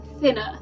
thinner